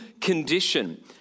condition